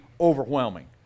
overwhelming